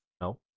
No